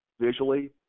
visually